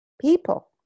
people